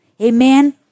Amen